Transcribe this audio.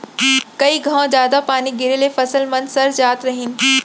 कई घौं जादा पानी गिरे ले फसल मन सर जात रहिन